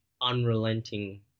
unrelenting